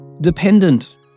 dependent